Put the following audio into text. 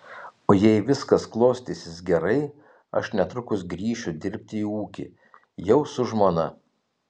o jei viskas klostysis gerai aš netrukus grįšiu dirbti į ūkį jau su žmona